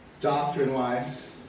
doctrine-wise